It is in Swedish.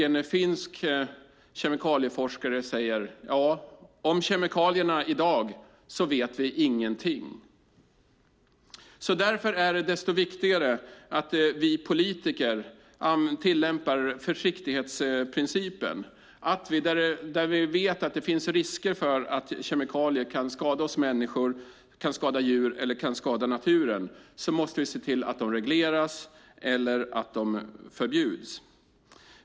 En finsk kemikalieforskare säger: Om kemikalierna i dag vet vi ingenting. Därför är det desto viktigare att vi politiker tillämpar försiktighetsprincipen, att när vi vet att det finns risker för att kemikalier kan skada oss människor, djur eller naturen måste vi se till att deras användning regleras eller att de förbjuds.